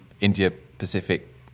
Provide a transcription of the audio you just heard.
India-Pacific